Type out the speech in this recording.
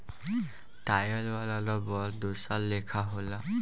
tyre वाला रबड़ दोसर लेखा होला